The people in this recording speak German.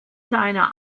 seiner